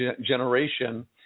generation –